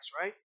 right